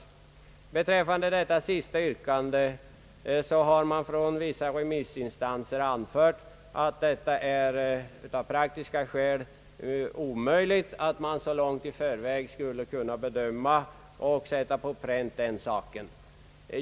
Beträffande det sistnämnda yrkandet har vissa remissinstanser anfört att det av praktiska skäl är omöjligt att så långt i förväg kunna bedöma detta och sätta det på pränt.